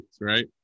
right